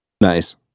Nice